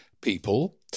people